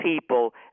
people